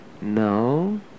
no